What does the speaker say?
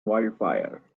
wildfire